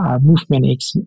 movement